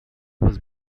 was